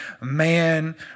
man